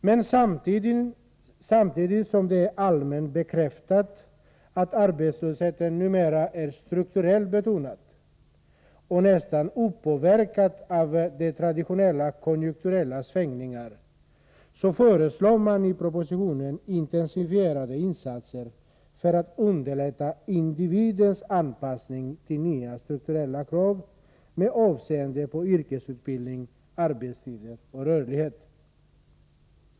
Men samtidigt som det är allmänt bekräftat att arbetslösheten numera är strukturellt betonad och nästan opåverkad av konjunkturella svängningar, föreslår man i propositionen intensifierade insatser för att underlätta individens anpassning till nya strukturella krav, med avseende på yrkesutbildning, arbetstider och rörlighet.